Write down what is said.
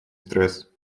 стресс